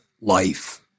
life